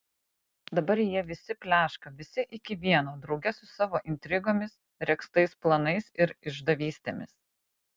dabar jie visi pleška visi iki vieno drauge su savo intrigomis regztais planais ir išdavystėmis